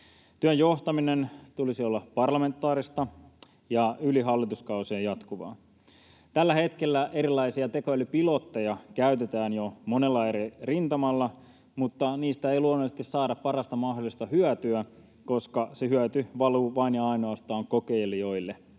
Työn johtamisen tulisi olla parlamentaarista ja yli hallituskausien jatkuvaa. Tällä hetkellä erilaisia tekoälypilotteja käytetään jo monella eri rintamalla, mutta niistä ei luonnollisesti saada parasta mahdollista hyötyä, koska se hyöty valuu vain ja ainoastaan kokeilijoille,